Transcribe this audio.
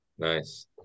Nice